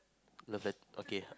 love and okay